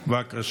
תודה.